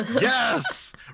yes